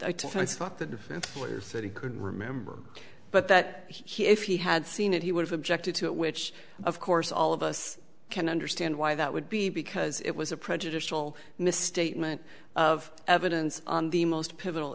i thought the defense lawyer said he couldn't remember but that he if he had seen it he would have objected to it which of course all of us can understand why that would be because it was a prejudicial misstatement of evidence on the most pivotal